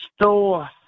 store